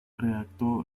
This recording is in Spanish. redactó